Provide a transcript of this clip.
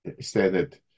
standard